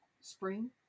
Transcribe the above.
spring